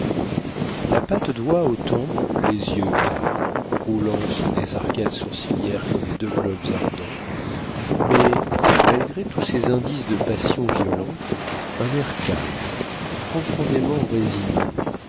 la patte d'oie aux tempes les yeux caves roulant sous des arcades sourcilières comme deux globes ardents mais malgré tous ces indices de passions violentes un air calme profondément résigné